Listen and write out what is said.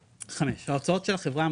ההוצאות של החברה,